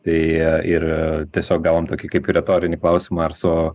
tai ir tiesiog gavom tokį kaip ir retorinį klausimą ar su